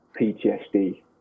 PTSD